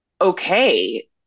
okay